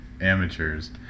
amateurs